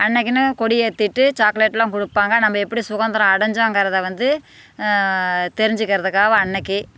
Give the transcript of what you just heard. அன்றைக்கின்னு கொடி ஏற்றிட்டு சாக்லேட்லாம் கொடுப்பாங்க நம்ம எப்படி சுதந்திரோம் அடைஞ்சோங்கிறதை வந்து தெரிஞ்சிக்கிறதுக்காவ அன்றைக்கி